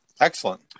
Excellent